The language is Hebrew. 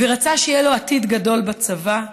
ורצה שיהיה לו עתיד גדול בצבא.